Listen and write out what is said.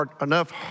enough